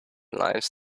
lives